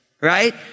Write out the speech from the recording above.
right